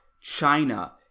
China